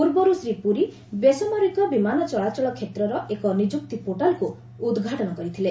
ପୂର୍ବରୁ ଶ୍ରୀ ପୁରୀ ବେସାମରିକ ବିମାନ ଚଳାଚଳ କ୍ଷେତ୍ରର ଏକ ନିଯୁକ୍ତି ପୋର୍ଟାଲ୍କୁ ଉଦ୍ଘାଟନ କରିଥିଲେ